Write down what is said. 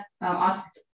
asked